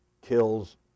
kills